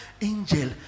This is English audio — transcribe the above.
Angel